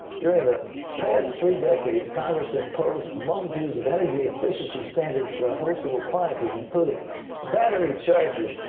during the past three decades, congress imposed multitudes of energy efficiency standards for a host of appliances, including battery chargers,